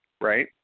right